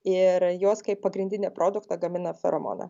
ir jos kaip pagrindinį produktą gamina feromoną